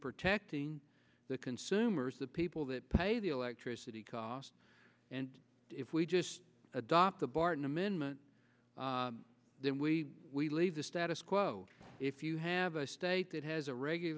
protecting the consumers the people that pay the electricity cost and if we just adopt the barton amendment then we we leave the status quo if you have a state that has a regular